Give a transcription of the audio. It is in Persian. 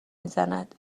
میزند